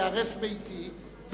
ייהרס ביתי,